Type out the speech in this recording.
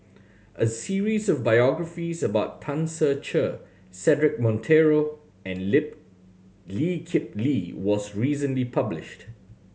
a series of biographies about Tan Ser Cher Cedric Monteiro and Lip Lee Kip Lee was recently published